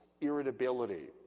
irritability